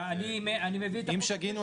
ואני מביא את החוק --- אם שגינו,